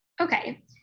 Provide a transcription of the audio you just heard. Okay